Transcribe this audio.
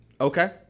Okay